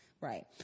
Right